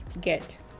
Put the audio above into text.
get